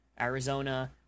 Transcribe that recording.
Arizona